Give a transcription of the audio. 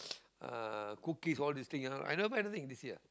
uh cookies all this thing ah I never buy anything this year